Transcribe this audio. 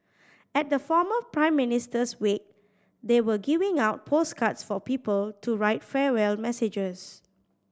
at the former Prime Minister's wake they were giving out postcards for people to write farewell messages